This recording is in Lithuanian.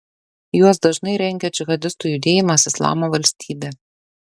juos dažnai rengia džihadistų judėjimas islamo valstybė